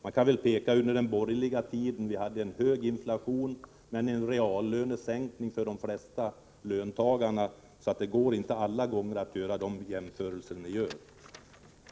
Man kan peka på hur det var under den borgerliga tiden då vi hade en hög inflation men en reallönesänkning för de flesta löntagarna. Det går alltså inte att alla gånger göra de jämförelser ni gör.